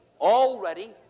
already